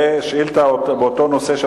ושאילתא באותו נושא,